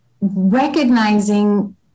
recognizing